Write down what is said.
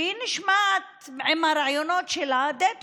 והיא נשמעת עם הרעיונות שלה די טובה,